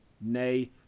nay